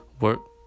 work